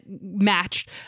matched